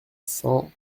cents